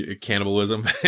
cannibalism